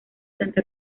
santa